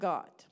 God